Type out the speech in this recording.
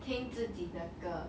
mm